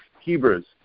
Hebrews